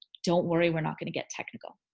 don't worry, we're not gonna get technical.